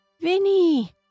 Vinny